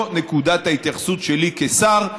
זו נקודת ההתייחסות שלי כשר.